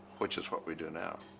which is what we do now.